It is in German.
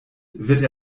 wird